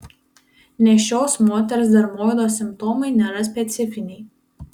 nėščios moters dermoido simptomai nėra specifiniai